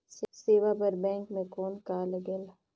सेवा बर बैंक मे कौन का लगेल?